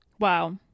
Wow